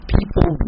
People